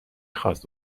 خواست